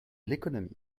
l’économie